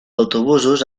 autobusos